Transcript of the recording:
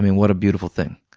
and what a beautiful thing.